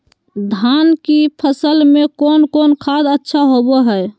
धान की फ़सल में कौन कौन खाद अच्छा होबो हाय?